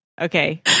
Okay